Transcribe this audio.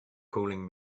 calling